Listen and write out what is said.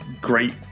great